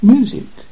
Music